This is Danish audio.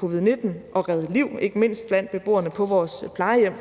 covid-19 og redde liv, ikke mindst blandt beboerne på vores plejehjem,